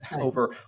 over